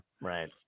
Right